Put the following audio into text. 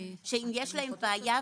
שאם יש להם בעיה,